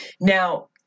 Now